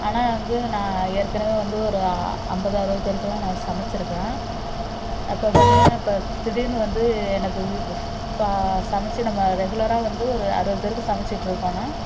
ஆனால் வந்து நான் ஏற்கனவே வந்து ஒரு ஐம்பது அறுபது பேருக்கெல்லாம் நான் சமைச்சிருக்கேன் அப்போ பார்த்திங்கன்னா இப்போ திடீர்னு வந்து எனக்கு இப்போ சமைத்து நம்ம ரெகுலராக வந்து ஒரு அறுபது பேருக்கு சமைச்சிகிட்ருக்கோன்னா